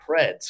Preds